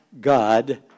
God